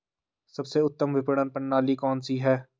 सबसे उत्तम विपणन प्रणाली कौन सी है?